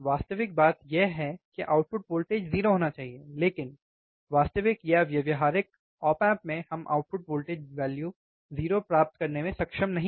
वास्तविक बात यह है कि आउटपुट वोल्टेज 0 होना चाहिए लेकिन वास्तविक या व्यावहारिक ऑप एम्प में हम आउटपुट वोल्टेज वैल्यू 0 प्राप्त करने में सक्षम नहीं हैं